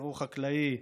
טרור חקלאי בנגב,